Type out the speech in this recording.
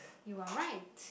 you are right